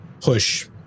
push